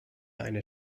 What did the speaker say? eine